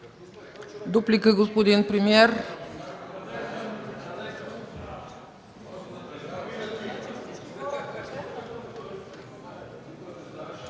Дуплика, господин премиер.